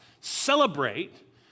celebrate